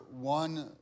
one